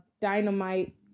Dynamite